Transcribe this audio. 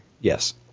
Yes